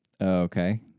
okay